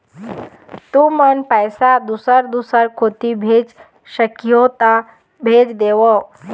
तुमन पैसा दूसर दूसर कोती भेज सखीहो ता भेज देवव?